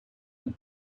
and